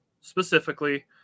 specifically